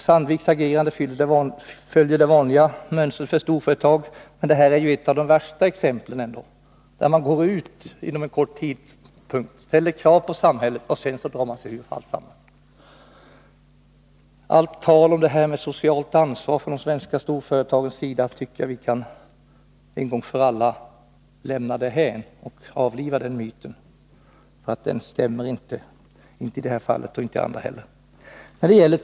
Sandviks agerande följer det vanliga mönstret för storföretag, men det här är ett av de värsta exemplen. Under en kort tidrymd ställer man krav på samhället, och sedan drar man sig ur alltsammans. Allt tal om socialt ansvar från de svenska storföretagens sida tycker jag att vi en gång för alla kan lämna därhän. Vi kan avliva den myten. Den stämmer inte i det här fallet och inte i andra fall heller.